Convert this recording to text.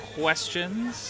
questions